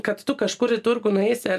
kad tu kažkur į turgų nueisi ar